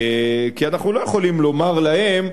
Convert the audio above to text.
כי אנחנו לא יכולים לומר להם: